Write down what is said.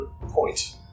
point